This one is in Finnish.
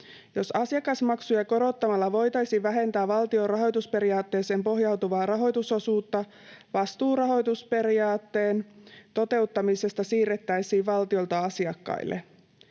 Jos asiakasmaksuja korottamalla voitaisiin vähentää valtion rahoitusperiaatteeseen pohjautuvaa rahoitusosuutta, vastuu rahoitusperiaatteen toteuttamisesta siirrettäisiin valtiolta asiakkaille.